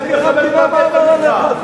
מבקר המדינה מה אמר עליך.